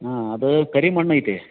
ಹಾಂ ಅದು ಕರಿಮಣ್ಣು ಐತೆ